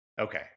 Okay